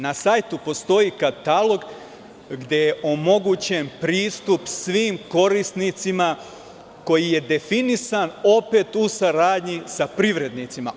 Na sajtu postoji katalog gde je omogućen pristup svim korisnicima, koji je definisan opet u saradnji sa privrednicima.